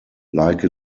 like